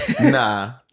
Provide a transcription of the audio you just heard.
Nah